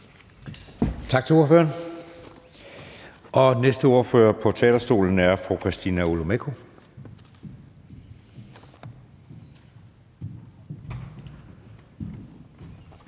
Tak til ordføreren. Næste ordfører på talerstolen er fru Christina Olumeko.